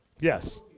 Yes